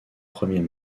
premiers